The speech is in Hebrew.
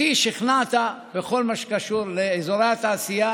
אותי שכנעת בכל מה שקשור לאזורי התעשייה